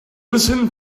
listen